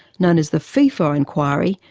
known as the fifo inquiry,